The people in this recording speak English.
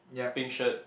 pink shirt